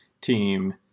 team